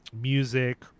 music